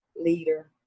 leader